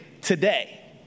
today